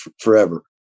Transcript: forever